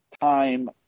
time